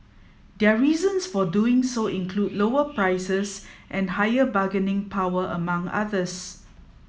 their reasons for doing so include lower prices and higher bargaining power among others